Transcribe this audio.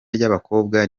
ry’abakobwa